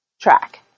Track